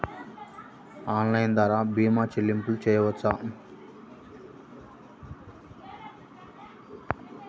Online ద్వార భీమా చెల్లింపులు చేయవచ్చా?